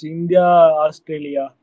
India-Australia